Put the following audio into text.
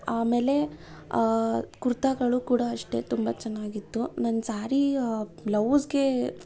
ಆಮೇಲೆ ಆ ಕುರ್ತಾಗಳು ಕೂಡ ಅಷ್ಟೆ ತುಂಬ ಚೆನ್ನಾಗಿತ್ತು ನನ್ನ ಸಾರಿ ಬ್ಲೌಝ್ಗೆ